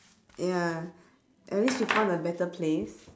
ya at least she found a better place